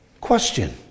Question